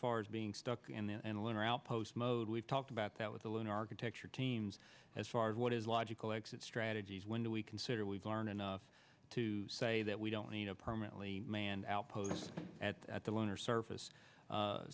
far as being stuck and lunar outpost mode we've talked about that with the loan architecture teams as far as what is logical exit strategies when do we consider we've learned enough to say that we don't need a permanently manned outpost at at the lunar surface